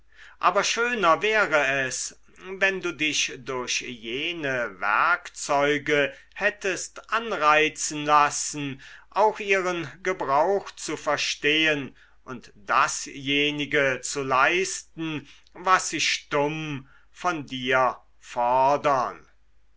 aber schöner wäre es wenn du dich durch jene werkzeuge hättest anreizen lassen auch ihren gebrauch zu verstehen und dasjenige zu leisten was sie stumm von dir fordern